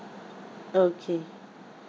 okay